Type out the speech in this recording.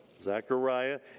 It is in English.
Zechariah